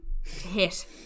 hit